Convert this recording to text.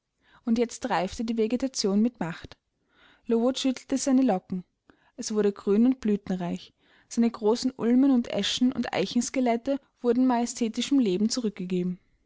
und jetzt reifte die vegetation mit macht lowood schüttelte seine locken es wurde grün und blütenreich seine großen ulmen und eschen und eichen skelette wurden majestätischem leben zurückgegeben